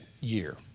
year